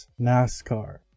NASCAR